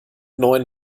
neuen